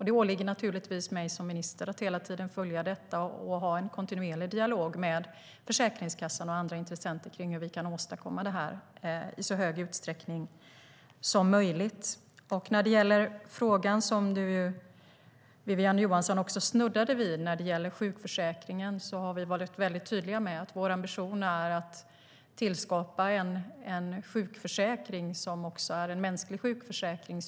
Det åligger naturligtvis mig som minister att hela tiden följa detta och ha en kontinuerlig dialog med Försäkringskassan och andra intressenter kring hur vi åstadkommer det här i så stor utsträckning som möjligt. När det gäller frågan om sjukförsäkringen, som Wiwi-Anne Johansson snuddade vid, kan jag säga att vi har varit väldigt tydliga med att vår ambition är att tillskapa en mänsklig sjukförsäkring.